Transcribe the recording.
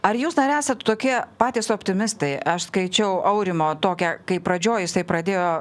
ar jūs dar esat tokie patys optimistai aš skaičiau aurimo tokią kaip pradžioj jisai pradėjo